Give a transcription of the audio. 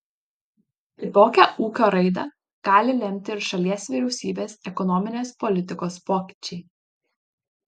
kitokią ūkio raidą gali lemti ir šalies vyriausybės ekonominės politikos pokyčiai